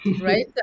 Right